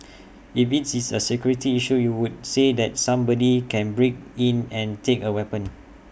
if it's is A security issue you would say that somebody can break in and take A weapon